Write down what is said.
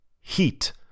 Heat